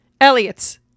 Elliot's